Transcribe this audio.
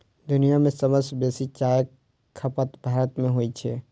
दुनिया मे सबसं बेसी चायक खपत भारत मे होइ छै